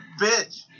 bitch